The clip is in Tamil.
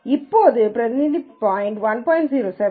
இப்போது பிரதிநிதி பாய்ன்ட் 1